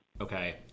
Okay